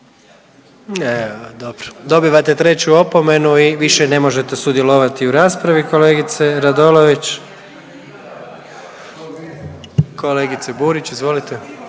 Dobro. Dobivate treću opomenu i više ne možete sudjelovati u raspravi kolegice Radolović. Kolegice Burić, izvolite.